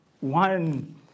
one